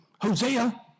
Hosea